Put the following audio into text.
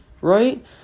Right